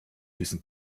diesem